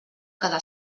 cada